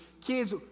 kids